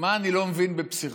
מה אני לא מבין בפסיכולוגיה.